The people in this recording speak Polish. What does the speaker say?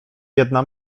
jedna